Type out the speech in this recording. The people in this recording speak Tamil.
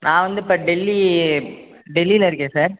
நான் வந்து இப்போ டெல்லி டெல்லியில் இருக்கேன் சார்